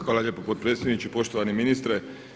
Hvala lijepo potpredsjedniče, poštovani ministre.